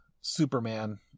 Superman